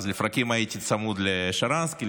אז לפרקים הייתי צמוד לשרנסקי,